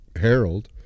Harold